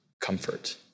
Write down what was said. comfort